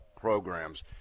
programs